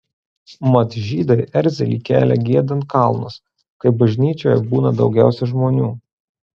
mat žydai erzelį kelia giedant kalnus kai bažnyčioje būna daugiausiai žmonių